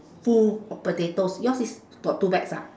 full of potatoes your is got two bags ah